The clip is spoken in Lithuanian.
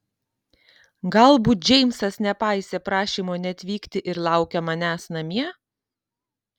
galbūt džeimsas nepaisė prašymo neatvykti ir laukia manęs namie